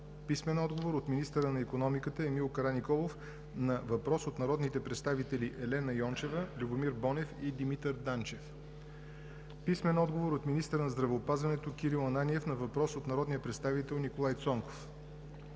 Бъчварова; - министъра на икономиката Емил Караниколов на въпрос от народните представители Елена Йончева, Любомир Бонев и Димитър Данчев; - министъра на здравеопазването Кирил Ананиев на въпрос от народния представител Николай Цонков;